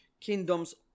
kingdoms